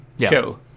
show